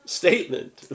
statement